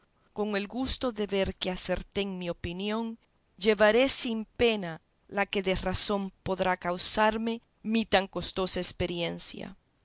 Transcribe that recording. con el gusto de ver que acerté en mi opinión llevaré sin pena la que de razón podrá causarme mi tan costosa experiencia